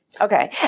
Okay